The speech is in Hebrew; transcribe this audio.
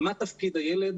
מה תפקיד הילד